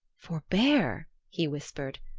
forbear, he whispered.